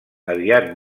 aviat